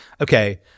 okay